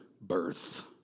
birth